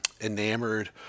enamored